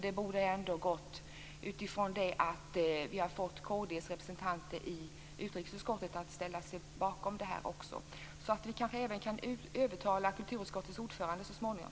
Det bådar ändå gott att vi har fått kd:s representant i utrikesutskottet att också ställa sig bakom detta. Vi kan kanske även övertala kulturutskottets ordförande så småningom.